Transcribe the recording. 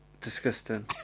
Disgusting